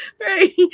right